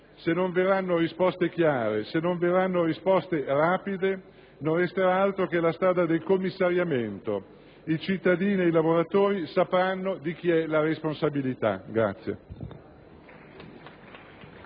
Se non verranno risposte chiare, se non verranno risposte rapide, non resterà altro che la strada del commissariamento. I cittadini e i lavoratori sapranno di chi è la responsabilità.